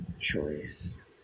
choice